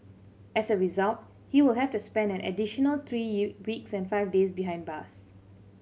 as a result he will have to spend an additional three weeks and five days behind bars